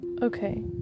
Okay